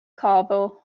kavo